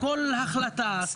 בכל החלטה,